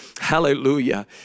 Hallelujah